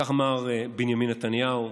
כך אמר בנימין נתניהו,